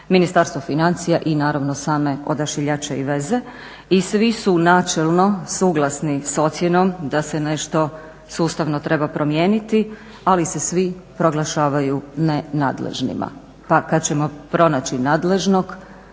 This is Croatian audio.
Ministarstvo financije i naravno same Odašiljači i veze i svi su načelno suglasni s ocjenom da se nešto sustavno treba promijeniti, ali se svi proglašavaju nenadležnima. Pa kad ćemo pronaći nadležnog